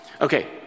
Okay